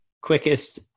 quickest